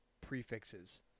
prefixes